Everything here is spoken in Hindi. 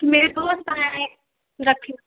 मेरे दोस्त आए हैं रख लो